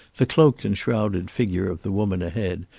the cloaked and shrouded figure of the woman ahead,